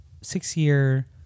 six-year